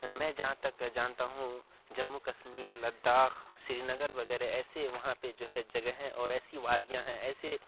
میں جہاں تک جانتا ہوں جموں کشمیر لداخ شری نگر وغیرہ ایسے وہاں پہ جو ہے جگہ ہیں اور ایسی وادیاں ہیں ایسے